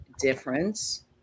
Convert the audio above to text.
difference